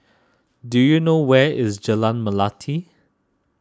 do you know where is Jalan Melati